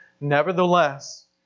nevertheless